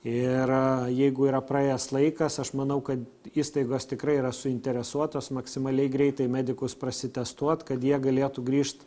ir jeigu yra praėjęs laikas aš manau kad įstaigos tikrai yra suinteresuotos maksimaliai greitai medikus prasitestuot kad jie galėtų grįžt